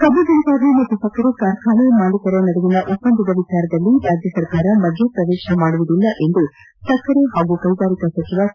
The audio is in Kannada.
ಕಬ್ಬು ಬೆಳೆಗಾರರು ಮತ್ತು ಸಕ್ಕರೆ ಕಾರ್ಖಾನೆ ಮಾಲೀಕರ ನಡುವಿನ ಒಪ್ಪಂದದ ವಿಚಾರದಲ್ಲಿ ರಾಜ್ಯ ಸರ್ಕಾರ ಮಧ್ಯ ಪ್ರವೇಶಿಸುವುದಿಲ್ಲ ಎಂದು ಸಕ್ಕರೆ ಹಾಗೂ ಕೈಗಾರಿಕಾ ಸಚಿವ ಕೆ